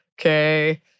okay